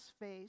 face